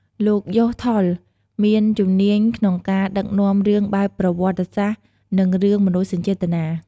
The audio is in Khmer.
លោក យ៉ូស ថុល មានជំនាញក្នុងការដឹកនាំរឿងបែបប្រវត្តិសាស្ត្រ និងរឿងមនោសញ្ចេតនា។